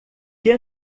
que